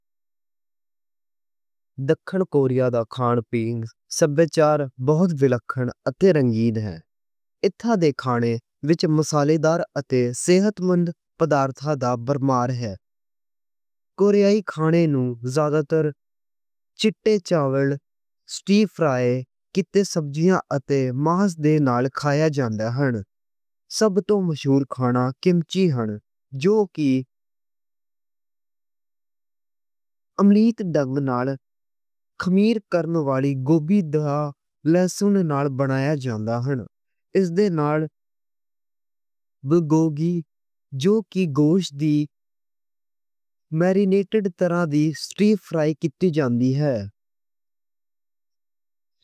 دکھن کوریا دا کھانا پینا سبھیاچار بہت وکھڑا تے رنگین ہے۔ ایتھے دے کھانے وچ مصالحے دار تے صحت مند مواد دی بھرمار ہے۔ کوریائی کھانے نوں اکثر چِٹے چاول، سٹر فرائ کیتے سبزیاں تے ماس دے نال کھائے جاندے نے۔ سب توں مشہور کھانا کِمچی ہے۔ جو کہ عمیق ڈھنگ نال خمیر کرن والی گوبھی تے لہسن نال بنایا جاندا ہے۔ اس دے نال بلگوگی جو کہ گوشت دی میرینیٹڈ طرح دی سٹر فرائ کیتی جائے۔